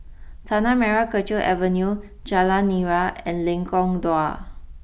Tanah Merah Kechil Avenue Jalan Nira and Lengkong Dua